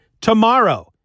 tomorrow